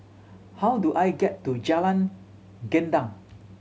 how do I get to Jalan Gendang